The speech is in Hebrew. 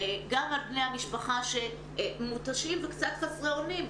גם על בני המשפחה שמותשים וקצת חסרי אונים.